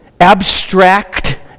abstract